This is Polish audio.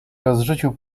rozrzucił